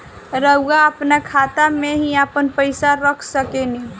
रउआ आपना खाता में ही आपन पईसा रख सकेनी